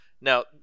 now